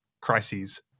crises